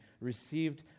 received